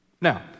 Now